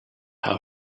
how